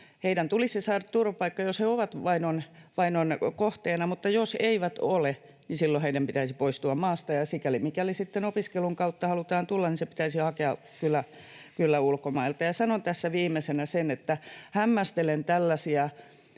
heidän tulisi saada turvapaikka, jos he ovat vainon kohteena, mutta jos eivät ole, niin silloin heidän pitäisi poistua maasta, ja sikäli, mikäli sitten opiskelun kautta halutaan tulla, se pitäisi hakea kyllä ulkomailta. Sanon tässä viimeisenä sen, että hämmästelen tällaisia